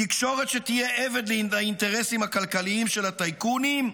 תקשורת שתהיה עבד לאינטרסים הכלכליים של הטייקונים,